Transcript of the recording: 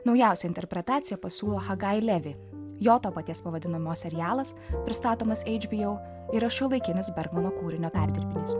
naujausia interpretacija pasiūlo hagai levi jo to paties pavadinimo serialas pristatomas hbo yra šiuolaikinis bergmano kūrinio perdirbinys